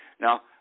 now